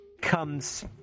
comes